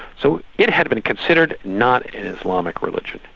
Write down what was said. so it had been considered not an islamic religion,